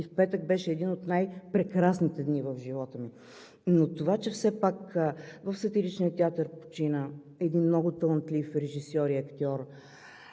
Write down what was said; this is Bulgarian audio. и в петък беше един от най-прекрасните дни в живота ми. В Сатиричния театър почина един много талантлив режисьор и актьор,